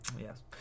Yes